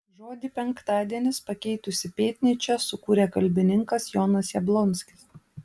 žodį penktadienis pakeitusį pėtnyčią sukūrė kalbininkas jonas jablonskis